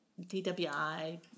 DWI